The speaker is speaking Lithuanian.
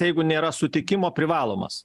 jeigu nėra sutikimo privalomas